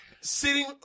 sitting